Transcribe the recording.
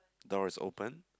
door is open